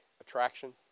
attraction